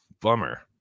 bummer